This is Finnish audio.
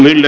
ville